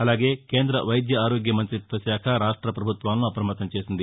అలాగే కేంద్ర వైద్య ఆరోగ్య మంతిత్వ శాఖ రాష్ట ప్రభుత్వాలను అప్రమత్తం చేసింది